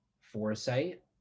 foresight